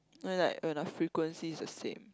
when like when I frequency is the same